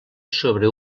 sobre